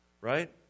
right